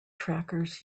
trackers